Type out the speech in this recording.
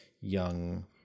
young